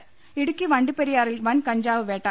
ക്കകകകക ഇടുക്കി വണ്ടിപ്പെരിയാറിൽ വൻ കഞ്ചാവ് വേട്ട